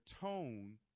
tone